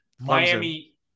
Miami